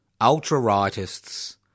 ultra-rightists